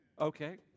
okay